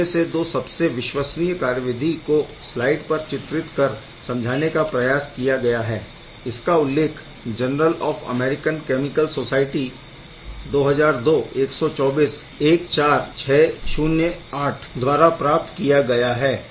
इनमें से दो सबसे विश्वसनीय कार्यविधि को स्लाइड पर चित्रित कर समझाने का प्रयास किया गया है इसका उल्लेख general of American chemical society 200212414608 द्वारा प्राप्त किया गया है